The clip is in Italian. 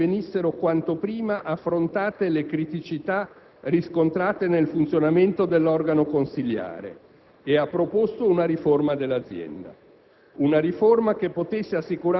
Il Governo ha sollecitato che venissero quanto prima affrontate le criticità riscontrate nel funzionamento dell'organo consiliare e ha proposto una riforma dell'azienda;